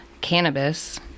cannabis